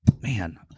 man